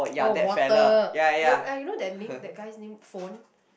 oh water what oh you know that name that guy's name phone